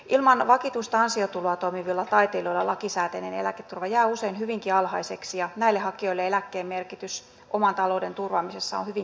ilman vakituista ansiotuloa toimivilla taiteilijoilla lakisääteinen eläketurva jää usein hyvinkin alhaiseksi ja näille hakijoille eläkkeen merkitys oman talouden turvaamisessa on hyvinkin keskeinen